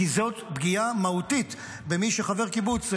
כי זאת פגיעה מהותית במי שהוא חבר קיבוץ שיתופי,